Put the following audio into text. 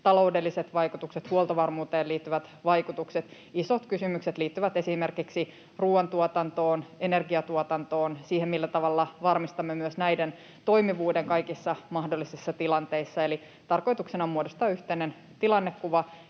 taloudelliset vaikutukset, huoltovarmuuteen liittyvät vaikutukset. Isot kysymykset liittyvät esimerkiksi ruoantuotantoon, energiatuotantoon, siihen, millä tavalla varmistamme myös näiden toimivuuden kaikissa mahdollisissa tilanteissa. Eli tarkoituksena on muodostaa yhteinen tilannekuva,